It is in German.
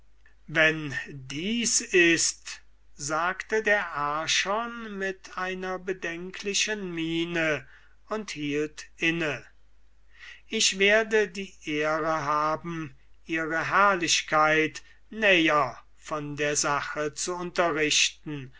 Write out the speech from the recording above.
wenn dies ist sagte der archon mit einer bedenklichen miene und hielt inne ich werde die ehre haben ihre herrlichkeit näher von der sache zu unterrichten